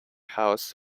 house